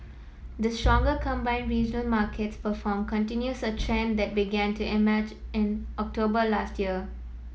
the stronger combined regional markets perform continues a trend that began to emerge in October last year